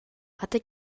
хата